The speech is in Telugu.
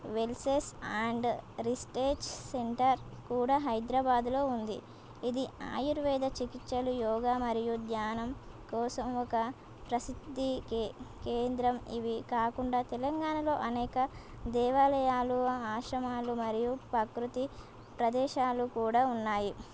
వెల్నెస్ అండ్ రిట్రీట్ సెంటర్ కూడా హైదరాబాదులో ఉంది ఇది ఆయుర్వేద చికిత్సలు యోగా మరియు ధ్యానం కోసం ఒక ప్రసిద్ధి కేంద్రం ఇవి కాకుండా తెలంగాణలో అనేక దేవాలయాలు ఆశ్రమాలు మరియు ప్రకృతి ప్రదేశాలు కూడా ఉన్నాయి